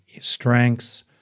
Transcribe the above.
strengths